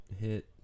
hit